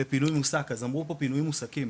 אמרו פה פינוי מוסקים,